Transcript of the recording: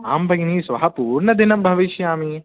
आं भगिनी श्वः पूर्णदिनं भविष्यामि